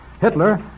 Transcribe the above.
Hitler